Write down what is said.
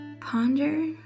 ponder